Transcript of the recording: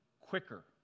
quicker